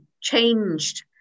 changed